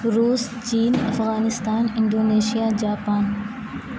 روس چین Afghanistan Indonesia Japan